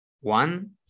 one